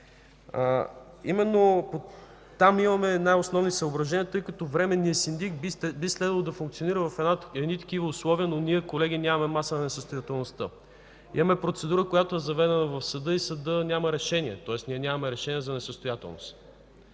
Там имаме най-основни съображения, тъй като временният синдик би следвало да функционира в такива условия, но ние, колеги, нямаме маса на несъстоятелността. Имаме процедура, която е заведена в съда, а съдът няма решение. Тоест нямаме решение за несъстоятелност.